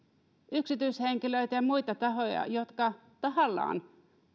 yksityishenkilöitä ja muita tahoja jotka tahallaan